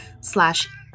slash